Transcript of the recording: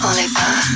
Oliver